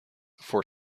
for